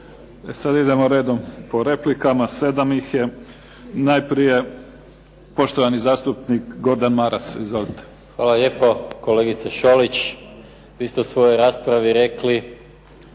sada idemo redom po replikama, 7 ih je. Najprije poštovani zastupnik Gordan Maras. Izvolite. **Maras, Gordan (SDP)** Hvala lijepo. Kolegice Šolić vi ste u svojoj raspravi rekli